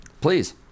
Please